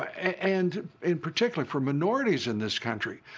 and in particular for minorities in this country.